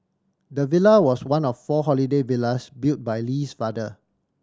the villa was one of four holiday villas built by Lee's father